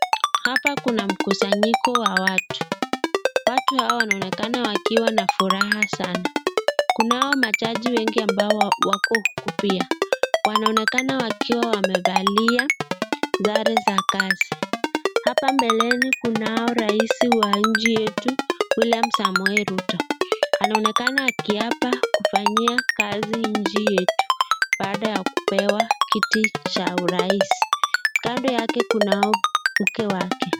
Hapa kuna mkusanyiko wa watu . Watu hawa wanaonekana wakiwa na furaha sana. Kunao majaji wengi ambao. Wanaonekana wakiwa wamevalia sare za kazi. Hapa mbeleni kunao rais wa nchi yetu , Wiliam Samoei Ruto. Anaonekana akihapa kufanyia kazi nchi yetu baada ya kupewa kiti cha urais. Kando yake kuna mke wake.